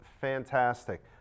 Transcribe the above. fantastic